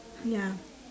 ya